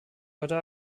heute